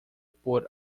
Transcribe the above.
por